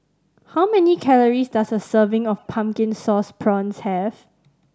how many calories does a serving of Pumpkin Sauce Prawns have